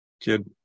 kid